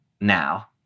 now